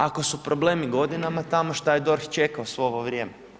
Ako su problemi godinama tamo šta je DORH čekao svo ovo vrijeme?